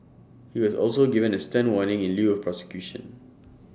he was also given A stern warning in lieu of prosecution